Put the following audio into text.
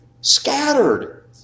Scattered